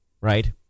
right